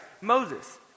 Moses